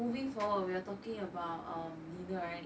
moving forward we are talking about um dinner right